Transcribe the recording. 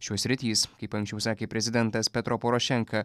šios sritys kaip anksčiau sakė prezidentas petro porošenka